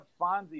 Fonzie